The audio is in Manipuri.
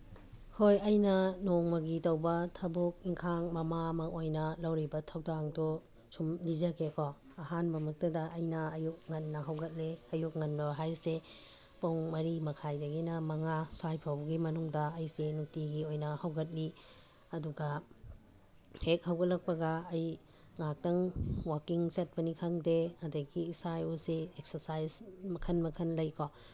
ꯍꯣꯏ ꯑꯩꯅ ꯅꯣꯡꯃꯒꯤ ꯇꯧꯕ ꯊꯕꯛ ꯏꯪꯈꯥꯡ ꯃꯃꯥ ꯑꯃ ꯑꯣꯏꯅ ꯂꯧꯔꯤꯕ ꯊꯧꯗꯥꯡꯗꯣ ꯁꯨꯝ ꯂꯤꯖꯒꯦꯀꯣ ꯑꯍꯥꯟꯕ ꯃꯛꯇꯗ ꯑꯩꯅ ꯑꯌꯨꯛ ꯉꯟꯅ ꯍꯧꯒꯠꯂꯤ ꯑꯌꯨꯛ ꯉꯟꯅ ꯍꯥꯏꯁꯦ ꯄꯨꯡ ꯃꯔꯤ ꯃꯈꯥꯏꯗꯒꯤꯅ ꯃꯉꯥ ꯁ꯭ꯋꯥꯏꯐꯥꯎꯒꯤ ꯃꯅꯨꯡꯗ ꯑꯩꯁꯤ ꯅꯨꯡꯇꯤꯒꯤ ꯑꯣꯏꯅ ꯍꯧꯒꯠꯂꯤ ꯑꯗꯨꯒ ꯍꯦꯛ ꯍꯧꯒꯠꯂꯛꯄꯒ ꯑꯩ ꯉꯥꯏꯍꯥꯛꯇꯪ ꯋꯥꯀꯤꯡ ꯆꯠꯄꯅꯤ ꯈꯪꯗꯦ ꯑꯗꯨꯗꯒꯤ ꯏꯁꯥ ꯏꯔꯨꯁꯦ ꯑꯦꯛꯁꯔꯁꯥꯏꯁ ꯃꯈꯜ ꯃꯈꯜ ꯂꯩꯀꯣ